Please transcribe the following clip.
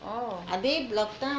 oh